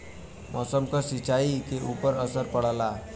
मौसम क भी सिंचाई के ऊपर असर पड़ला